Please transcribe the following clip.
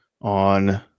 on